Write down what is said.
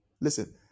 listen